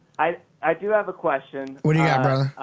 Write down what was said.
i i do have a question. what do you got brother?